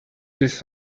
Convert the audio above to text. this